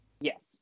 Yes